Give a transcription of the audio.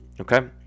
Okay